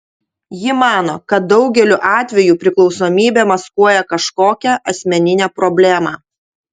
ji mano kad daugeliu atveju priklausomybė maskuoja kažkokią asmeninę problemą